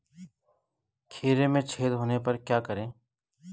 खीरे में छेद होने पर क्या करें?